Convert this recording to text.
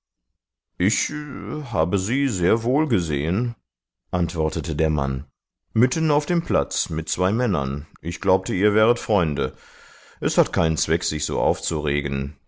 ich habe sie sehr wohl gesehen antwortete der mann mitten auf dem platz mit zwei männern ich glaubte ihr wäret freunde es hat keinen zweck sich so aufzuregen